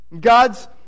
God's